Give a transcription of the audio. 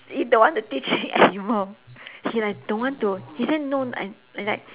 he don't want to teach me anymore he like don't want to he said no I I like